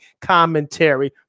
commentary